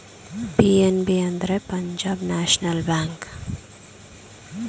PNB ಅಂದ್ರೆ Punjab national bank